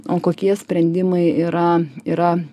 o kokie sprendimai yra yra